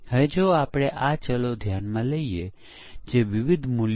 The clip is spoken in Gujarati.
હવે ચાલો આપણે બીજી એક પરીક્ષણ યોજના જોઈએ જેનો આપણે ઘણી પરીક્ષણ વ્યૂહરચનાઓનો ઉપયોગ કરીએ છીએ